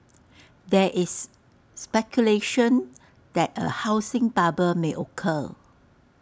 there is speculation that A housing bubble may occur